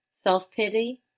self-pity